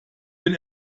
bin